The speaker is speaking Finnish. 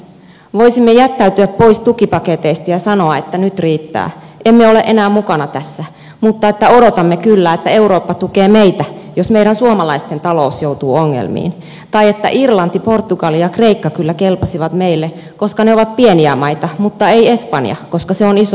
voisimme jättäytyä pois tukipaketeista ja sanoa että nyt riittää emme ole enää mukana tässä mutta että odotamme kyllä että eurooppa tukee meitä jos meidän suomalaisten talous joutuu ongelmiin tai että irlanti portugali ja kreikka kyllä kelpasivat meille koska ne ovat pieniä maita mutta ei espanja koska se on iso maa